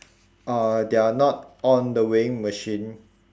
uh they're not on the weighing machine